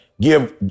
give